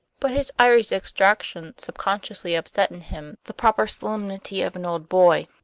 but his irish extraction subconsciously upset in him the proper solemnity of an old boy,